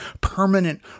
permanent